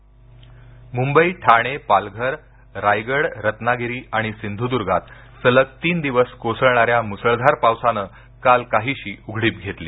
पाऊस पूर मुंबई ठाणेपालघररायगडरत्नागिरी आणि सिंधुदुर्गात सलग तीन दिवस कोसळणाऱ्या मुसळधार पावसानं काल काहिशी उघडीप घेतली